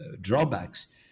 drawbacks